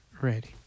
ready